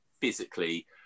physically